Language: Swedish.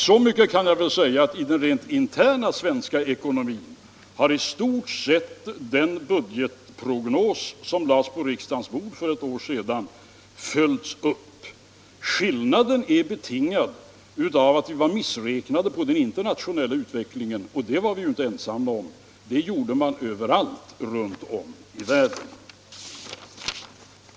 Så mycket kan jag säga att i den rent interna svenska ekonomin har i stort sett den budgetprognos som lades på riksdagens bord för ett år sedan följts upp. Skillnaden är betingad av att vi misstog oss på den internationella utvecklingen och det var vi inte ensamma om. Det gjorde man överallt runt om i världen.